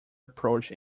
approach